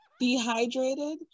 dehydrated